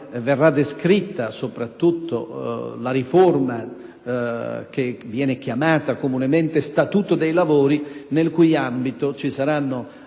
verrà descritta soprattutto la riforma che viene chiamata comunemente "Statuto dei lavori", al cui interno ci saranno